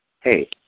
hey